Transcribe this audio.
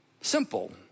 simple